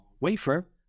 wafer